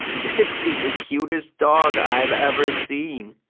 this is the cutest dog i've ever seen,